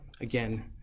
again